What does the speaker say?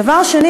דבר שני,